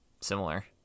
similar